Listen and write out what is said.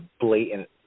blatant